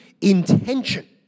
intention